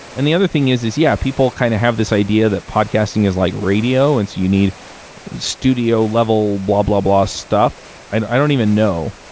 and the other thing is, is yeah, people kind of have this idea that podcasting is like radio. and so you need studio level blah-blah-blah stuff. i don't even know.